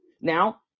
Now